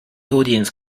audience